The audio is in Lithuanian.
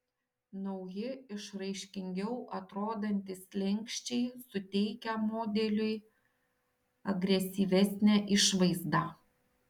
nauji išraiškingiau atrodantys slenksčiai suteikia modeliui agresyvesnę išvaizdą